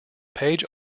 page